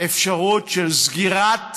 באפשרות של סגירת